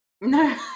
No